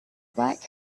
black